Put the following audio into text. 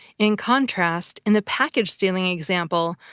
in contrast, in the package-stealing example,